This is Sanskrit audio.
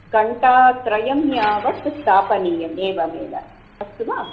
घण्टात्रयं यावत् स्थापनीयम् एवमेव अस्तु वा